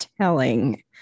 telling